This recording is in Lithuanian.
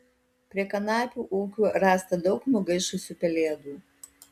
prie kanapių ūkių rasta daug nugaišusių pelėdų